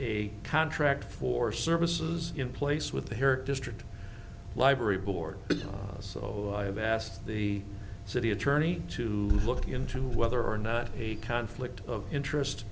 a contract for services in place with their district library board so i have asked the city attorney to look into whether or not a conflict of interest